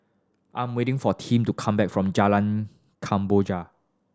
I'm waiting for Tim to come back from Jalan Kemboja